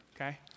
okay